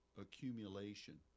accumulation